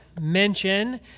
mention